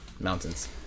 mountains